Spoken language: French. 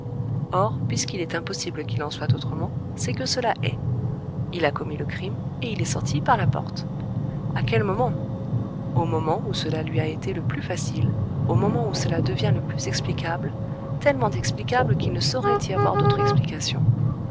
or puisqu'il est impossible qu'il en soit autrement c'est que cela est il a commis le crime et il est sorti par la porte à quel moment au moment où cela lui a été le plus facile au moment où cela devient le plus explicable tellement explicable qu'il ne saurait y avoir d'autre explication